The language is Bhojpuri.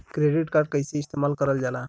क्रेडिट कार्ड कईसे इस्तेमाल करल जाला?